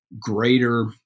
greater